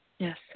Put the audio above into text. Yes